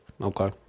Okay